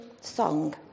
song